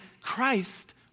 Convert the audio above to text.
Christ